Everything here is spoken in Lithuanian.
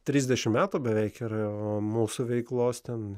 trisdešimt metų beveik yra o mūsų veiklos ten